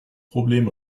problem